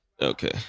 Okay